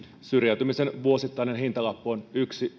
syrjäytymisen vuosittainen hintalappu on yksi